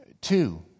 Two